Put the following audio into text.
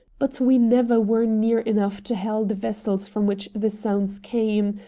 but we never were near enough to hail the vessels from which the sounds came,